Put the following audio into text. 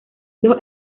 dos